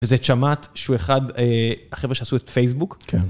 וזה צ'מאט שהוא אחד, החבר'ה שעשו את פייסבוק.